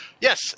yes